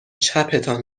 چپتان